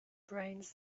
brains